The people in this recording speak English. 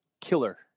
killer